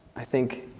i think,